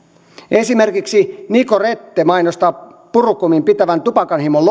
esimerkiksi nicorette mainostaa purukumin pitävän tupakanhimon